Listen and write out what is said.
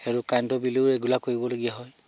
সেইটো কাৰেণ্টৰ বিলও ৰেগুলাৰ কৰিবলগীয়া হয়